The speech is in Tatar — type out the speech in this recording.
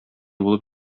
булып